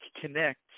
connect